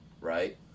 right